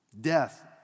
Death